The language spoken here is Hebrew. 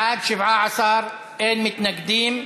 בעד, 17, אין מתנגדים,